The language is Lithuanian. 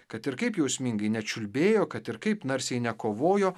kad ir kaip jausmingai nečiulbėjo kad ir kaip narsiai nekovojo